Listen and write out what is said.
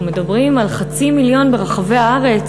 אנחנו מדברים על חצי מיליון ברחבי הארץ,